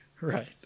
Right